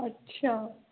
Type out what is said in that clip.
अच्छा